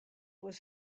was